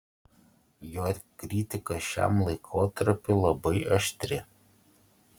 jo kritika šiam laikotarpiui labai aštri